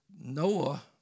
Noah